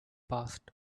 passed